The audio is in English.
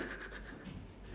insect